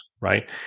right